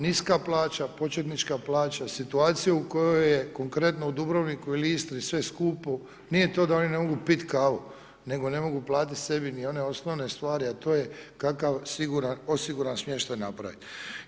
Niska plaća, početnička plaća, situaciju u kojoj je konkretno u Dubrovniku ili Istri sve skupo, nije to da oni ne mogu piti kavu nego ne mogu platiti sebi ni one osnovne stvari a to je kakav osiguran smještaj napraviti.